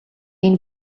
энэ